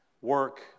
work